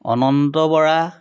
Ananta Bora